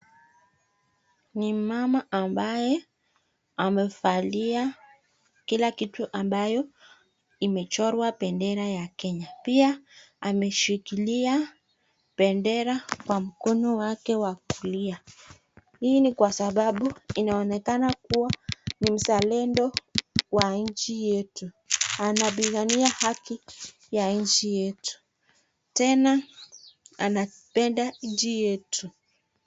Ni mama ambaye amevalia kila kitu ambayo imechorwa bendera ya Kenya. Pia ameshikilia bendera kwa mkono wake wa kulia. Hii ni kwa sababu inaonekana kua ni mzalendo wa nchi yetu. Anapigania haki ya nchi yetu. Tena anapenda nchi yetu.